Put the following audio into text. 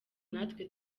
natwe